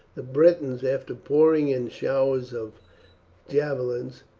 the britons, after pouring in showers of javelins,